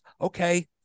Okay